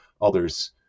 others